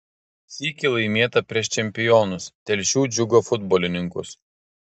sykį laimėta prieš čempionus telšių džiugo futbolininkus